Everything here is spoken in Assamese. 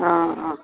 অঁ অঁ